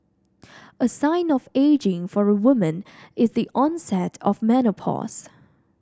a sign of ageing for a woman is the onset of menopause